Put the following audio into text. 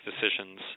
decisions